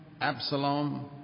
Absalom